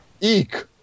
Eek